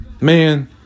man